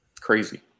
Crazy